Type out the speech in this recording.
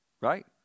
right